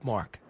Mark